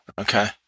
Okay